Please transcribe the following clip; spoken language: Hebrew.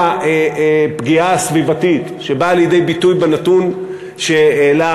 ולפגיעה הסביבתית שבאה לידי ביטוי בנתון שהעלה,